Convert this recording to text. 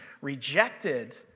rejected